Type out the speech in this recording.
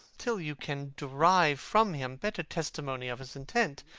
till you can derive from him better testimony of his intent,